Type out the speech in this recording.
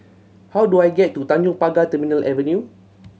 how do I get to Tanjong Pagar Terminal Avenue